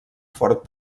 fort